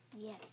Yes